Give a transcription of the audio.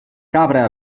cabra